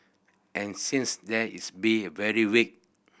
and since then it's been very weak